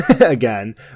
again